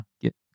Get